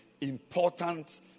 important